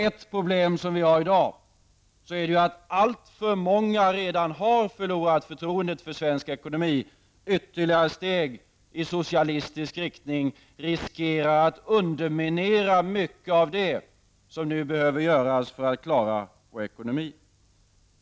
Ett problem vi har i dag är att alltför många redan har förlorat förtroendet för svensk ekonomi. Ytterligare steg i socialistisk riktning riskerar att underminera mycket av det som nu behöver göras för att vi skall klara vår ekonomi.